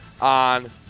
on